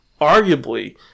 arguably